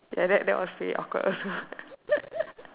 that that that was pretty awkward also